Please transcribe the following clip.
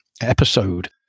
episode